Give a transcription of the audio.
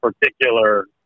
particular